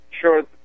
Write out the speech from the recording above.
sure